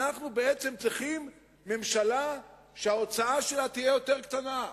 אנחנו בעצם צריכים ממשלה שההוצאה שלה תהיה יותר קטנה.